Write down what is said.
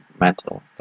mental